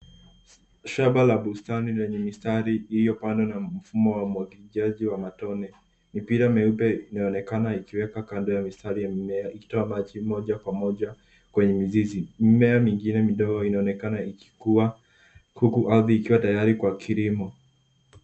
Shamba la bustani lenye mistari iliyopandwa na mfumo wa umwagiliaji wa matone. Mipira meupe inaonekana ikiweka kando ya mistari ya mimea ikitoa maji moja kwa moja kwenye mizizi. Mimea mingine midogo imeonekana ikikua huku ardhi ikiwa tayari kwa kilimo.